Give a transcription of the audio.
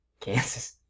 Kansas